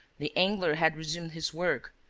the angler had resumed his work,